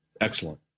Excellent